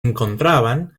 encontraban